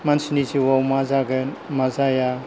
मानसिनि जिउआव मा जागोन मा जाया